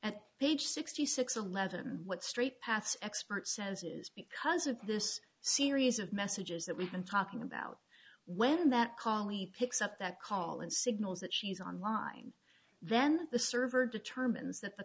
at page sixty six eleven what street pass expert says it is because of this series of messages that we've been talking about when that callie picks up that call and signals that she's on line then the server determines that the